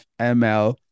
ml